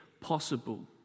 possible